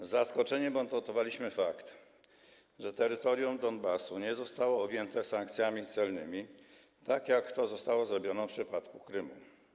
Z zaskoczeniem odnotowaliśmy fakt, że terytorium Donbasu nie zostało objęte sankcjami celnymi, tak jak to zostało zrobione w przypadku Krymu.